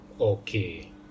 okay